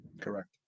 Correct